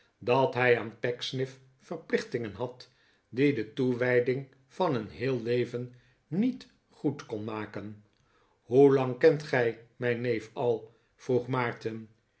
dat hij aan pecksniff verplichtingen had die de toewijding van een heel leven niet goed kon maken hoelang kent gij mijn neef al